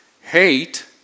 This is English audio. Hate